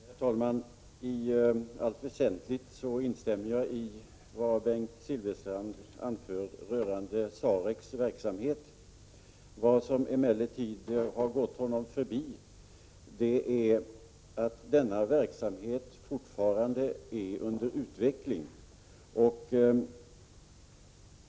Herr talman! I allt väsentligt instämmer jag i vad Bengt Silfverstrand anför rörande SAREC:s verksamhet. Vad som emellertid har gått honom förbi är att denna verksamhet fortfarande är under utveckling.